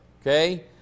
Okay